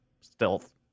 Stealth